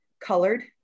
Colored